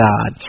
God